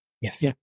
Yes